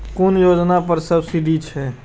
कुन योजना पर सब्सिडी छै?